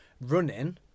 running